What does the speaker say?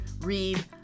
read